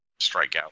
Strikeout